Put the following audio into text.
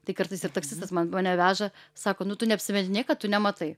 tai kartais ir taksistas man mane veža sako nu tu neapsimetinėk kad tu nematai